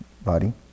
Body